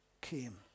came